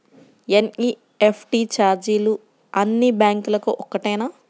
NEFT ఛార్జీలు అన్నీ బ్యాంక్లకూ ఒకటేనా?